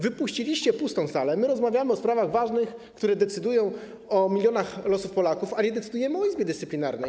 Wy puściliście pustą salę, my rozmawiamy o sprawach ważnych, które decydują o losach milionów Polaków, a nie decydujemy o Izbie Dyscyplinarnej.